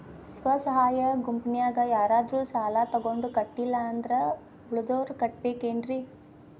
ಸ್ವ ಸಹಾಯ ಗುಂಪಿನ್ಯಾಗ ಯಾರಾದ್ರೂ ಸಾಲ ತಗೊಂಡು ಕಟ್ಟಿಲ್ಲ ಅಂದ್ರ ಉಳದೋರ್ ಕಟ್ಟಬೇಕೇನ್ರಿ?